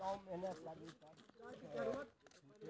हमरा खाता खोलाबई में कुन सब पेपर लागत?